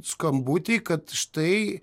skambutį kad štai